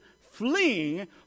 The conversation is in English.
fleeing